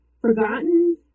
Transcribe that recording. forgotten